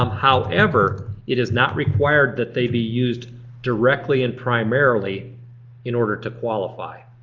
um however, it is not required that they be used directly and primarily in order to qualify.